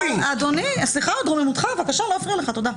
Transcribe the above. תודה.